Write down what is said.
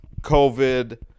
COVID